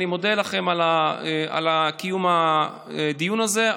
אני מודה לכם על קיום הדיון הזה,